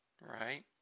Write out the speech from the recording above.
right